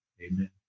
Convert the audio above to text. Amen